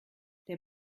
der